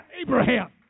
Abraham